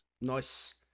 Nice